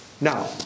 Now